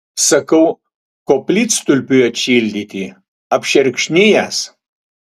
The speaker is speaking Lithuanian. sakau koplytstulpiui atšildyti apšerkšnijęs